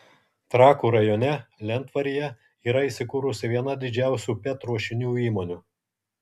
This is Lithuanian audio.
trakų rajone lentvaryje yra įsikūrusi viena didžiausių pet ruošinių įmonių